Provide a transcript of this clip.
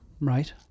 Right